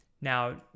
Now